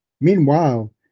Meanwhile